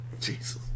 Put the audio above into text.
Jesus